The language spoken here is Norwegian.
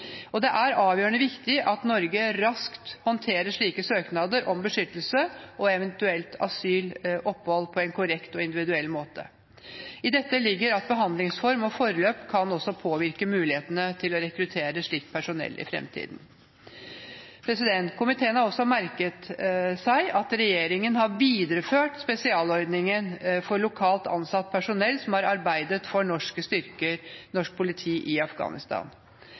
arbeid. Det er avgjørende viktig at Norge raskt håndterer slike søknader om beskyttelse og eventuelt asylopphold på en korrekt og individuell måte. I dette ligger at behandlingsform og forløp også kan påvirke mulighetene til å rekruttere slikt personell i fremtiden. Komiteen har også merket seg at regjeringen har videreført spesialordningen for lokalt ansatt personell som har arbeidet for norske styrker og norsk politi i Afghanistan.